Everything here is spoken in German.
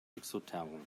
exotherm